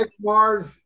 Mars